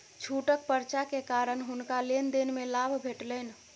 छूटक पर्चा के कारण हुनका लेन देन में लाभ भेटलैन